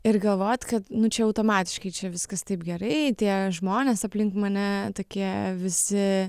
ir galvot kad nu čia automatiškai čia viskas taip gerai tie žmonės aplink mane tokie visi